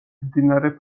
მდინარე